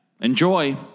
Enjoy